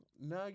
now